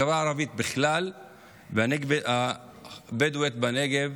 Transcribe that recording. החברה הערבית בכלל והחברה הבדואית בנגב